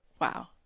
Wow